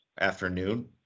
afternoon